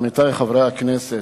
עמיתי חברי הכנסת,